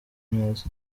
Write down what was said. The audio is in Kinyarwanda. neza